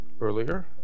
earlier